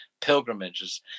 pilgrimages